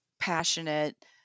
Passionate